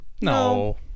No